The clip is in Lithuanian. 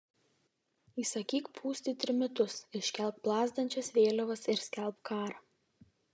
įsakyk pūsti trimitus iškelk plazdančias vėliavas ir skelbk karą